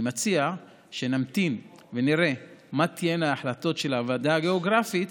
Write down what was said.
אני מציע שנמתין ונראה מה תהיינה ההחלטות של הוועדה הגיאוגרפית.